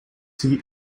seat